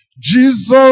Jesus